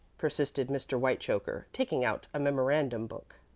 persisted mr. whitechoker, taking out a memorandum-book.